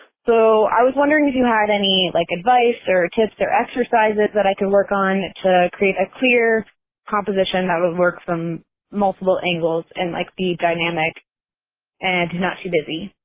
so, i was wondering if you had any like advice or tips or exercises that i can work on to create a clear composition that would work from multiple angles and like be dynamic and not too busy.